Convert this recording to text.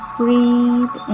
breathe